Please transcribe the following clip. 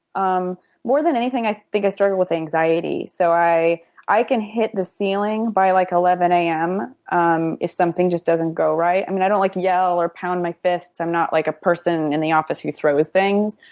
um more than anything i think i struggled with anxiety. so i i can hit the ceiling by like eleven zero a m, um if something just doesn't go right. i mean, i don't like yell or pound my fists, i'm not like person in the office who throws things.